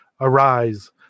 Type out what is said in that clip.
Arise